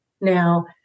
Now